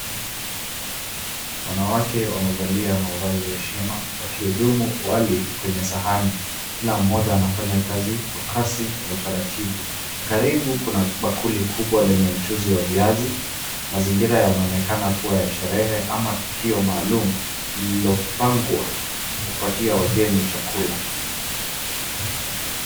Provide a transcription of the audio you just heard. Wanawake wamevalia mavazi ya heshima wakihudumu wali kwenye sahani. Kila mmoja anafanya kazi kwa kasi na utaratibu, karibu kuna bakuli kubwa lenye mchuzi wa viazi, mazingira yanaonekana kuwa ya sherehe ama tukio maalum lililopangwa kupatia wageni chakula.